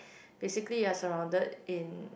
basically you're surrounded in